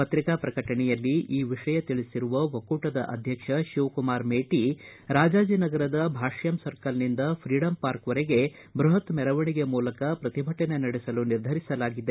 ಪತ್ರಿಕಾ ಪ್ರಕಟಣೆಯಲ್ಲಿ ಈ ವಿಷಯ ತಿಳಿಸಿರುವ ಒಕ್ಕೂಟದ ಅಧ್ಯಕ್ಷ ಶಿವಕುಮಾರ್ ಮೇಟ ರಾಜಾಜಿನಗರದ ಭಾಷ್ಯಂ ಸರ್ಕಲ್ನಿಂದ ಫ್ರೀಡಂ ಪಾರ್ಕ್ವರೆಗೆ ಬೃಹತ್ ಮೆರವಣಿಗೆ ಮೂಲಕ ಪ್ರತಿಭಟನೆ ನಡೆಸಲು ನಿರ್ಧರಿಸಲಾಗಿದೆ